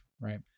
right